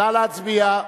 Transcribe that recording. נא להצביע.